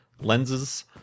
lenses